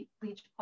bleach